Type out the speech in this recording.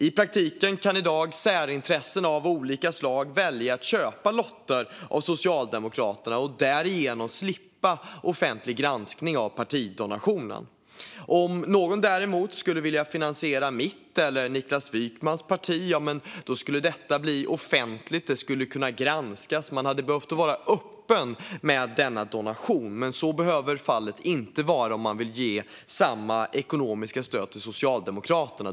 I praktiken kan i dag särintressen av olika slag välja att köpa lotter av Socialdemokraterna och därigenom slippa offentlig granskning av partidonationen. Om någon däremot skulle vilja finansiera mitt eller Niklas Wykmans parti skulle detta bli offentligt. Det skulle kunna granskas. Man hade behövt vara öppen med denna donation, men så behöver fallet inte vara om man vill ge samma ekonomiska stöd till Socialdemokraterna.